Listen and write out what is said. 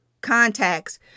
Contacts